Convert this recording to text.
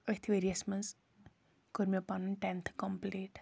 ٲتھۍ ؤریَس منز کۆر مےٚ پَنُن ٹؠنتھ کَمپٔلیٖٹ